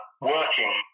working